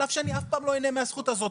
על אף שאני אף פעם לא אהנה מהזכות הזאת.